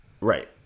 Right